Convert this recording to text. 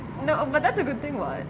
no but that's a good thing [what]